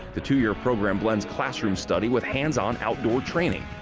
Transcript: the two-year program blends classroom study with hands-on outdoor training.